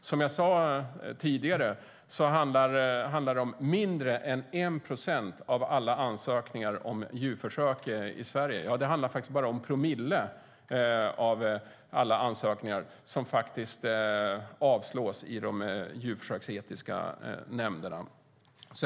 Som jag sa tidigare handlar det om mindre än 1 procent av alla ansökningar om djurförsök i Sverige. Det handlar bara om promille av alla ansökningar som avslås i de djurförsöksetiska nämnderna.